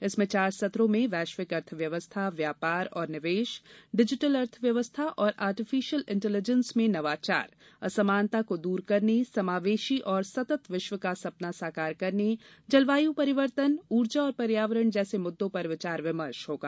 इसमें चार सत्रों में वैश्विक अर्थव्यवस्था व्यापार और निवेश डिजिटल अर्थव्य्वस्था और आर्टिफिशियल इंटेलीजेंस में नवाचार असमानता को दूर करने समावेशी और सतत विश्व का सपना साकार करने जलवायु परिवर्तन ऊर्जा और पर्यावरण जैसे मुद्दों पर विचार विमर्श होगा